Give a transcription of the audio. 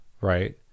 right